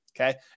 okay